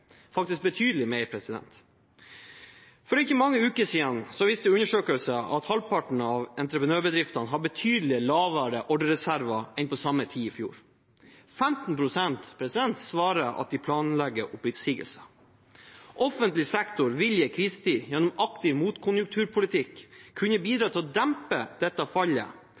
faktisk betydelig mer. For ikke mange uker siden viste undersøkelser at halvparten av entreprenørbedriftene har betydelig lavere ordrereserver enn på samme tid i fjor. 15 pst. svarer at de planlegger oppsigelser. Offentlig sektor vil i en krisetid gjennom en aktiv motkonjunkturpolitikk kunne bidra til å dempe dette fallet